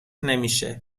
نمیشه